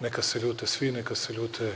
Neka se ljute svi, neka se ljute